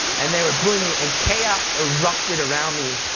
and they were booing me, and chaos erupted around me,